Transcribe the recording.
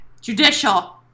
Judicial